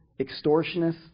extortionists